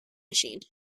machine